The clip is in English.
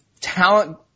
Talent